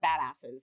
badasses